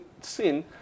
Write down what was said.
sin